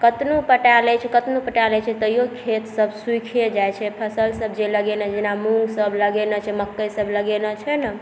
कतबो पटा लै छै कतबो पटा लै छै तैओ खेतसभ सूखिए जाइ छै फसलसभ जे लगेने छै जेना मूँगसभ लगेने छै मकईसभ लगेने छै ने